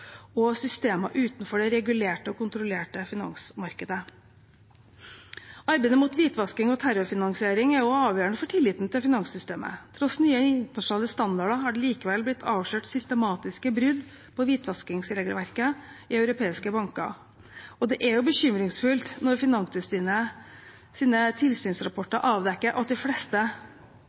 og systemer utenfor det regulerte og kontrollerte finansmarkedet. Arbeidet mot hvitvasking og terrorfinansiering er også avgjørende for tilliten til finanssystemet. Tross nye internasjonale standarder er det likevel blitt avslørt systematiske brudd på hvitvaskingsregelverket i europeiske banker. Det er jo bekymringsfullt når Finanstilsynets tilsynsrapporter avdekker at de fleste